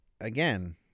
again